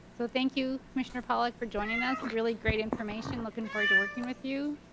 so thank you commissioner pollack for joining us and really great information looking forward to working with you.